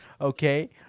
okay